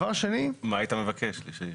מה היית מבקש?